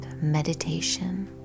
Meditation